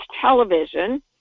television